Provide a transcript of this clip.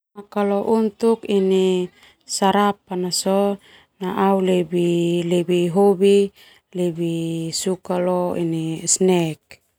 Nah kalau untuk ini sarapan na sona au lebih lebih hobi lebih suka lo snack neu.